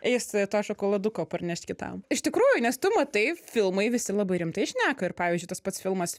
eis to šokoladuko pranešt kitam iš tikrųjų nes tu matai filmai visi labai rimtai šneka ir pavyzdžiui tas pats filmas